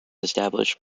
established